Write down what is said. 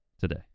Today